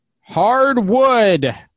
Hardwood